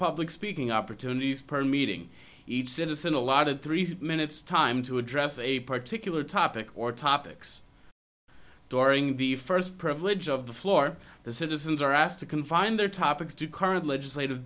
public speaking opportunities per meeting each citizen allotted three minutes time to address a particular topic or topics during the first privilege of the floor the citizens are asked to confine their topics to current legislative